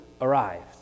arrived